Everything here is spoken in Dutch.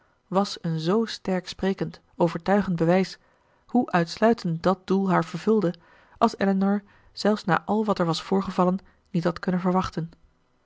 was een z sterksprekend overtuigend bewijs hoe uitsluitend dat doel haar vervulde als elinor zelfs na al wat er was voorgevallen niet had kunnen verwachten